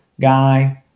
guy